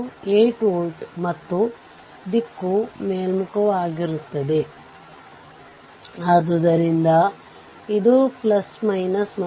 ಈಗ ನೋಡಲ್ ವಿಶ್ಲೇಷಣೆಯನ್ನು ಬಳಸಿಕೊಂಡು ಉದಾಹರಣೆ 9 ರ VThevenin ಅನ್ನು ನಿರ್ಧರಿಸುವುದು